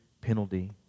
penalty